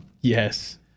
Yes